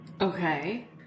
Okay